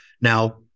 now